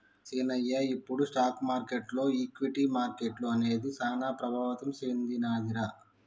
సీనయ్య ఇప్పుడు స్టాక్ మార్కెటులో ఈక్విటీ మార్కెట్లు అనేది సాన ప్రభావితం సెందినదిరా